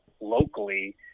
locally